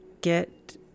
Get